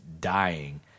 dying